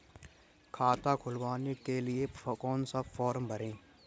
खाता खुलवाने के लिए कौन सा फॉर्म भरें?